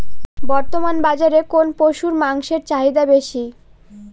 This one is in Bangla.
বর্তমান বাজারে কোন পশুর মাংসের চাহিদা বেশি?